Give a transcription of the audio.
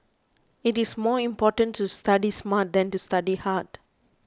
it is more important to study smart than to study hard